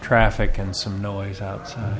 traffic and some noise outside